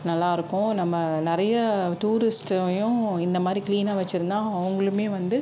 நல்லா இருக்கும் நம்ம நிறைய டூரிஸ்ட்டையும் இந்த மாரி க்ளீனாக வச்சிருந்தா அவங்களுமே வந்து